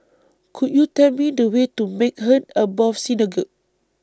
Could YOU Tell Me The Way to Maghain Aboth Synagogue